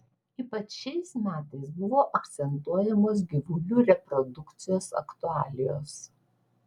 ypač šiais metais buvo akcentuojamos gyvulių reprodukcijos aktualijos